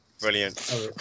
Brilliant